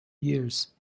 years